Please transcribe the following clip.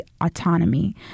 autonomy